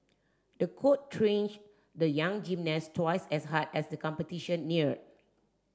the coach trained the young gymnast twice as hard as the competition neared